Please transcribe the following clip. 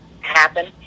happen